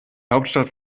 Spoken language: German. hauptstadt